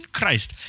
Christ